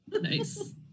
Nice